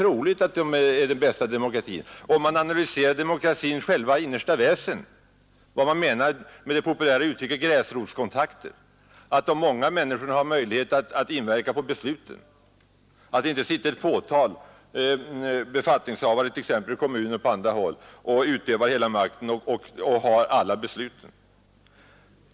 troligt, om man analyserar demokratins själva innersta väsen, vad man menar med det populära uttrycket gräsrotskontakter, att de många människorna har möjlighet att inverka på besluten, att det inte sitter ett fåtal befattningshavare i kommuner och på andra håll och utövar hela makten och fattar alla beslut.